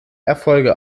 erfolge